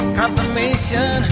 confirmation